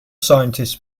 scientists